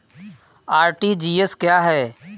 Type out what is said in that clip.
RTGS क्या है?